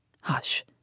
Hush